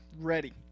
Ready